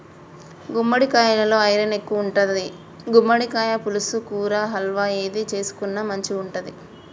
గుమ్మడికాలలో ఐరన్ ఎక్కువుంటది, గుమ్మడికాయ పులుసు, కూర, హల్వా ఏది చేసుకున్న మంచిగుంటది